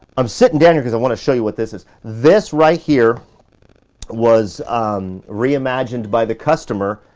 i'm sitting down here cause i wanna show you what this is. this right here was reimagined by the customer.